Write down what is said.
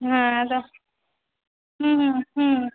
হ্যাঁ এতো হুম হুম হুম হুম